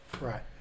Right